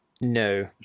No